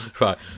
Right